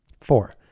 Four